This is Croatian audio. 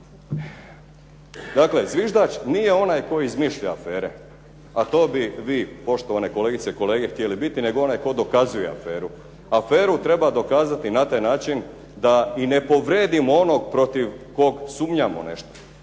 Dakle zviždač nije onaj tko izmišlja afere. A to bi vi poštovane kolegice i kolege htjeli biti, nego onaj tko dokazuj aferu. Aferu treba dokazati na taj način da i nepovredimo onog protiv koga sumnjamo u nešto.